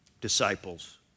disciples